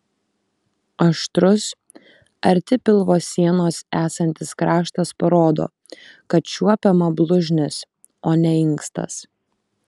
aštrus arti pilvo sienos esantis kraštas parodo kad čiuopiama blužnis o ne inkstas